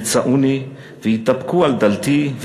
שמצאוני והתדפקו על דלתי,